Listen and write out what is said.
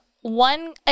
One